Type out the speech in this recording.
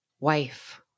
wife